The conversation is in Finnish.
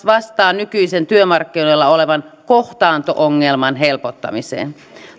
vastaa nykyisin työmarkkinoilla olevan kohtaanto ongelman helpottamiseen